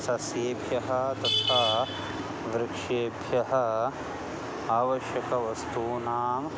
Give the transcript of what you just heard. सस्येभ्यः तथा वृक्षेभ्यः आवश्यकवस्तूनां